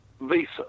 visa